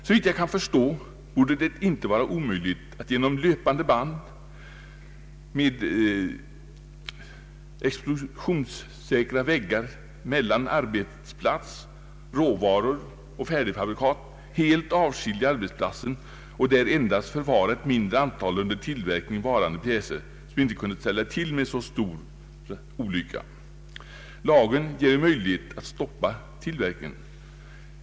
Såvitt jag kan förstå borde det inte vara omöjligt att genom löpande band med explosionssäkra väggar mellan arbetsplats och råvaror och färdigfabrikat helt avskilja arbetsplatsen och där förvara endast ett mindre antal under tillverkning varande pjäser, som inte kunde ställa till med så stor olycka. Lagen ger ju möjligheter att stoppa tillverkningen.